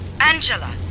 Angela